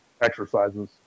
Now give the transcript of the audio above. exercises